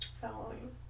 Following